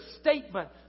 statement